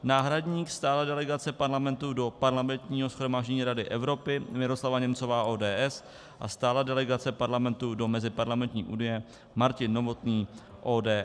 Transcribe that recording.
Náhradník Stálé delegace Parlamentu do Parlamentního shromáždění Rady Evropy Miroslava Němcová, ODS, a Stálá delegace Parlamentu do Meziparlamentní unie Martin Novotný, ODS.